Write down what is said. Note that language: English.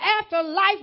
afterlife